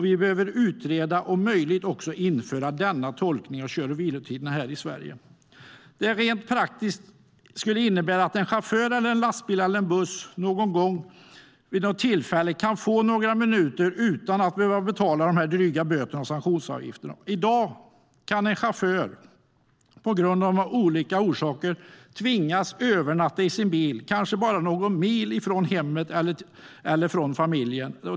Vi behöver utreda och om möjligt också införa denna tolkning av kör och vilotiderna här i Sverige. Det kan rent praktiskt innebära att en chaufför i en buss eller i en lastbil vid något tillfälle kan få köra några minuter till utan att behöva betala dessa dryga böter och sanktionsavgifter. I dag kan en chaufför av olika orsaker tvingas övernatta i sin bil, kanske bara någon mil från hemmet och familjen.